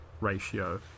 ratio